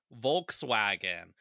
volkswagen